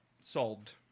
solved